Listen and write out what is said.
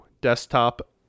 desktop